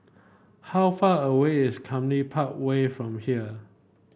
how far away is Cluny Park Way from here